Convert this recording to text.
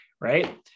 Right